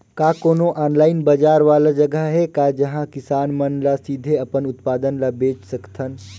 का कोनो ऑनलाइन बाजार वाला जगह हे का जहां किसान मन ल सीधे अपन उत्पाद ल बेच सकथन?